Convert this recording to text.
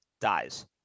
dies